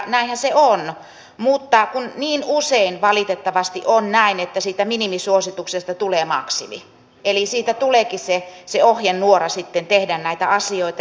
näinhän se on mutta kun niin usein valitettavasti on näin että siitä minimisuosituksesta tulee maksimi eli siitä tuleekin se ohjenuora sitten tehdä näitä asioita